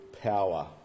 power